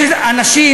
יש אנשים,